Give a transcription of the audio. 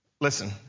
Listen